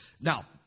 Now